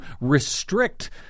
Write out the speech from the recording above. restrict